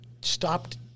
stopped